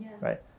right